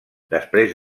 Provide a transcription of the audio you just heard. després